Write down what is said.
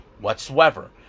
whatsoever